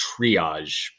triage